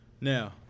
Now